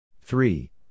three